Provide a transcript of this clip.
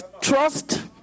trust